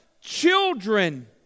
children